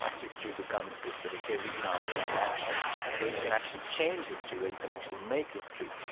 history becomes this sort of arena of human action where you can actually change history, where you can actually make history.